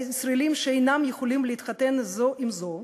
והישראלים שאינם יכולים להתחתן זו עם זו,